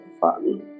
fun